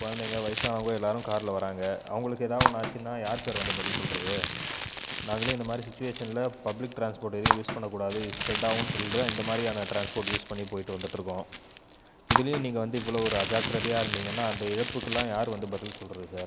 குழந்தைங்கள் வயசானவங்கள் எல்லாரும் காரில் வராங்கள் அவங்களுக்கு ஏதாவது ஒன்று ஆச்சுன்னா யாரு சார் வந்து பதில் சொல்லுறது நாங்களே இந்த மாதிரி சிச்சுவேஷனில் பப்ளிக் ட்ரான்ஸ்போர்ட் எதையும் யூஸ் ஸ்பிரெட் ஆகும்னு சொல்லிகிட்டு தான் இந்த மாதிரியான ட்ரான்ஸ்போர்ட் யூஸ் பண்ணி போயிட்டு வந்துகிட்டு இருக்கோம் இதுலேயும் நீங்கள் வந்து இவ்வளோ ஒரு அஜாக்கிரதையாக இருந்தீங்கன்னா அந்த இழப்புக்குல்லாம் யாரு வந்து பதில் சொல்லுறது சார்